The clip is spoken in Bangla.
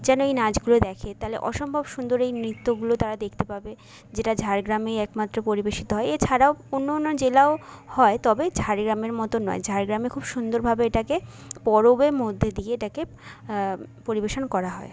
যেন এই নাচগুলো দেখে তাহলে অসম্ভব সুন্দর এই নৃত্যগুলো তারা দেখতে পাবে যেটা ঝাড়গ্রামেই একমাত্র পরিবেশিত হয় এছাড়াও অন্য অন্য জেলায়ও হয় তবে ঝাড়গ্রামের মতো নয় ঝাড়গ্রামে খুব সুন্দরভাবে এটাকে পরবের মধ্যে দিয়ে এটাকে পরিবেশন করা হয়